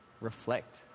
reflect